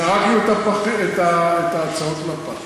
זרקנו את ההצעות לפח.